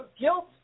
guilt